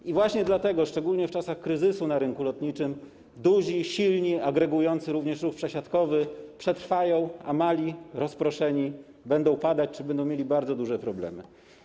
I właśnie dlatego, szczególnie w czasach kryzysu na rynku lotniczym, duzi, silni, agregujący również ruch przesiadkowy przetrwają, a mali, rozproszeni będą padać czy będą mieli bardzo duże problemy.